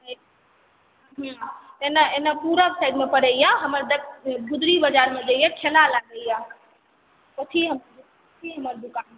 एनऽ एनऽ पूरब साइडमे पड़ैया हमर गुदड़ी बजारमे जे यऽ ठेला लगैया ओथी लग दोकान यऽ